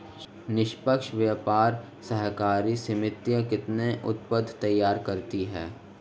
निष्पक्ष व्यापार सहकारी समितियां कितने उत्पाद तैयार करती हैं?